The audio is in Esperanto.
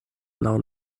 laŭ